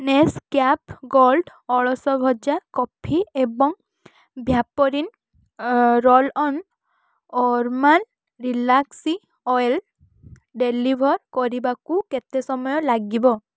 Nescafe gold ଅଳସ ଭଜା coffee ଏବଂ Vaporin roll on aroma relaxing oil deliver କରିବାକୁ କେତେ ସମୟ ଲାଗିବ